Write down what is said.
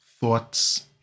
thoughts